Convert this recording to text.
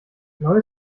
neue